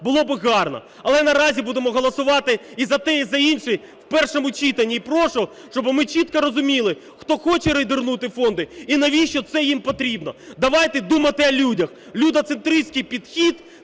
було б гарно. Але наразі будемо голосувати і за той, і за інший в першому читанні. І прошу, щоб ми чітко розуміли, хто хоче рейдернути фонди і навіщо це їм потрібно. Давайте думати про людей. Людоцентриський підхід